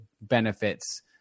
benefits